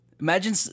Imagine